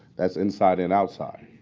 that's inside and outside.